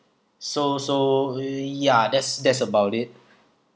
so so ya that's that's about it